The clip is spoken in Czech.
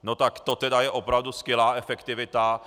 No tak to tedy je opravdu skvělá efektivita!